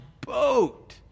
boat